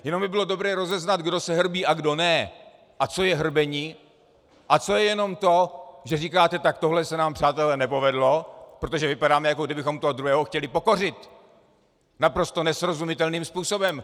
Jenom by bylo dobré rozeznat, kdo se hrbí a kdo ne a co je hrbení a co je jenom to, že říkáte, tohle se nám, přátelé, nepovedlo, protože vypadáme, jako bychom toho druhého chtěli pokořit naprosto nesrozumitelným způsobem.